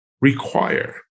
require